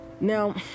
Now